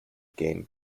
game